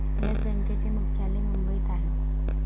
yes बँकेचे मुख्यालय मुंबईत आहे